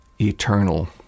eternal